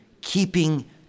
keeping